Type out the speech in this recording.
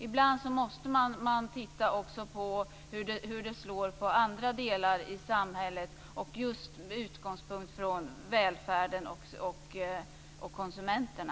Ibland måste man också titta på hur det slår på andra delar i samhället just med utgångspunkt från välfärden och konsumenterna.